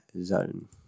zone